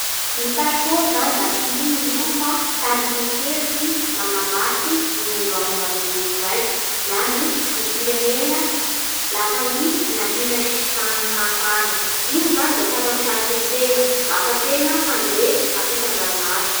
Ny pasipaoro zany da tsy ino i io fa tarihin-kevitsy manamariky ny mombamomba ny olo raiky na ny zom-pirenena lafa i miampita sisin-tagny hafa agny. Igny zany da tsy afa-misaraky ny tegna lafa tena handeha ampitan-dranomasy.